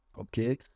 Okay